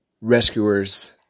rescuers